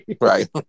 right